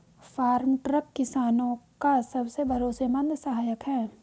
farm truck किसानो का सबसे भरोसेमंद सहायक है